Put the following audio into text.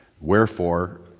Wherefore